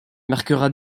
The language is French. marquera